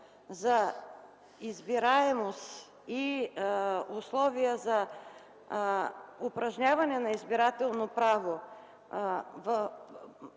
за избираемост и условия за упражняване на избирателно право